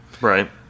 Right